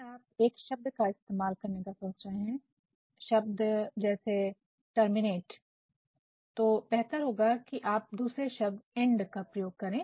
यदि आप एक शब्द का इस्तेमाल करने का सोच रहे हैं शब्द जैसे 'टर्मिनेट' बेहतर होगा कि आप दूसरे शब्द 'एंड' का प्रयोग करें